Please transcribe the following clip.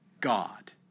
God